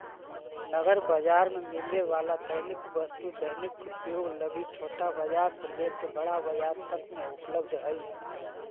नगर बाजार में मिले वाला दैनिक वस्तु दैनिक उपयोग लगी छोटा बाजार से लेके बड़ा बाजार तक में उपलब्ध हई